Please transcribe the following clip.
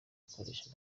akoresha